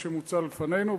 וזה מה שמוצע לפנינו.